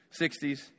60s